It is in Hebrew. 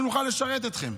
שנוכל לשרת אתכם.